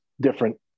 different